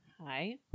Hi